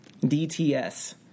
DTS